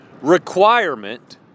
requirement